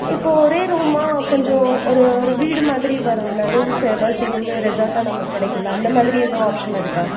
இப்போது ஒரே ரூமாக கொஞ்சம் ஒரு ஒரு வீடு மாதிரி வரும்ல ரூம்ஸ் எல்லாம் சேர்ந்து ஒரு ரெசார்ட்டாக நமக்கு கிடைக்கும்ல அந்த மாதிரி எதுவும் ஆப்ஷன் இருக்கா